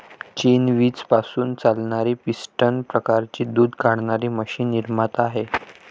चीन वीज पासून चालणारी पिस्टन प्रकारची दूध काढणारी मशीन निर्माता आहे